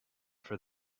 for